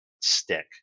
stick